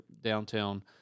downtown